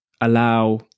allow